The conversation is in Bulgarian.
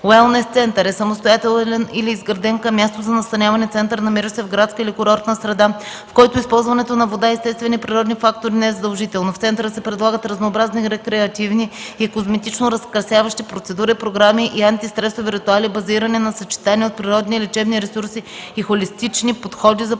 „Уелнес център” е самостоятелен или изграден към място за настаняване център, намиращ се в градска или курортна среда, в който използването на вода и естествени природни фактори не е задължително. В центъра се предлагат разнообразни рекреативни и козметично-разкрасяващи процедури, програми и антистресови ритуали, базирани на съчетание от природни лечебни ресурси и холистични подходи за постигане